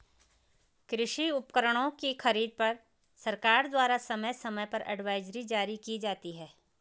कृषि उपकरणों की खरीद पर सरकार द्वारा समय समय पर एडवाइजरी जारी की जाती है